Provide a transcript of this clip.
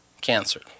cancer